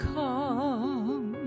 come